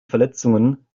verletzungen